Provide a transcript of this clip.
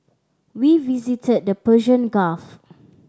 we visited the Persian Gulf